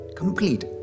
complete